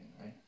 right